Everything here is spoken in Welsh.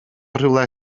rhywle